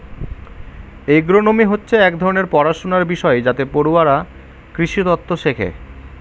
agronomy হচ্ছে এক ধরনের পড়াশনার বিষয় যাতে পড়ুয়ারা কৃষিতত্ত্ব শেখে